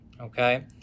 Okay